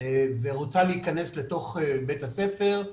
ורוצה להכנס לתוך בית הספר,